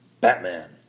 Batman